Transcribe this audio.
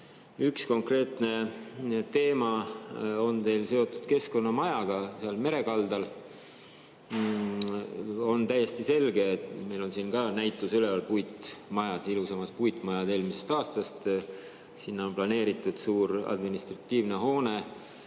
Üks konkreetne teema on teil seotud Keskkonnamajaga seal mere kaldal. Meil on siin ka näitus üleval – ilusamad puitmajad eelmisest aastast. Sinna on planeeritud suur administratiivne hoone,